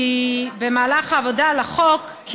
כי במהלך העבודה על החוק,